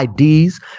IDs